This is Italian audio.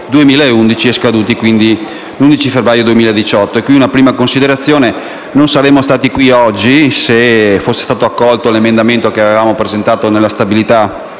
2011 e scaduti l'11 febbraio 2018. Faccio una prima considerazione: non saremmo qui oggi se fosse stato accolto l'emendamento che avevamo presentato alla legge